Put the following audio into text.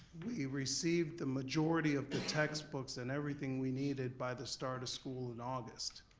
we received the majority of the textbooks and everything we needed by the start of school in august.